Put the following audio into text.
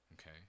okay